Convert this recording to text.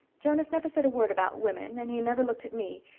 jonas never said a word about women and he never looked at me.